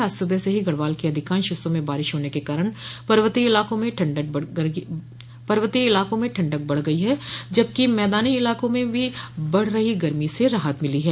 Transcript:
आज सुबह से ही गढ़वाल के अधिकांश हिस्सों में बारिश होने के कारण पर्वतीय इलाकों में ठण्डक बढ़ गई है जबकि मैदानी क्षेत्रों में भी बढ़ रही गर्मी से राहत मिली है